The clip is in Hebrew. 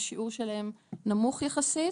השיעור שלהם נמוך יחסית